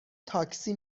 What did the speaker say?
تاکسی